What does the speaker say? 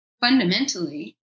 fundamentally